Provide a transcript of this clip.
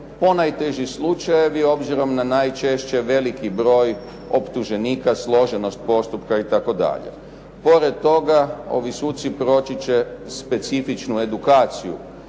ponajteži slučajevi obzirom na najčešće veliki broj optuženika, složenost postupka itd. Pored toga, ovi suci proći će specifičnu edukaciju,